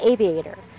Aviator